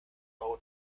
euro